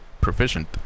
proficient